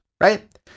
right